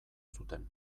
zuten